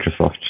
Microsoft